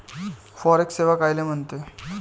Forex सेवा कायले म्हनते?